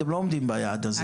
אתם לא עומדים ביעד הזה.